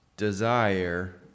desire